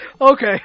okay